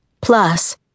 Plus